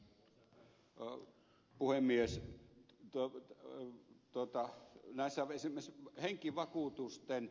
arvoisa puhemies tuotetta on tota yläsävelsi myös henkivakuutusten